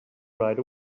right